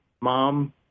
mom